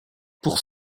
pour